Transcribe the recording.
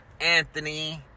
Anthony